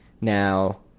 now